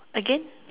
again